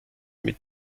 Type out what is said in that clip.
mit